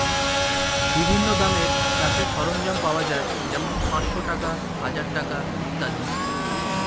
বিভিন্ন দামের চাষের সরঞ্জাম পাওয়া যায় যেমন পাঁচশ টাকা, হাজার টাকা ইত্যাদি